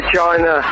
China